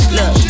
Look